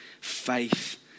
faith